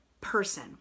person